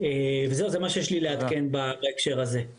וזהו זה מה שיש לי לעדכן בהקשר הזה.